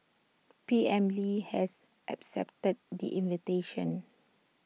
P M lee has accepted the invitation